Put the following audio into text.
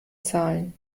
zahlen